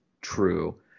true